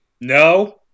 No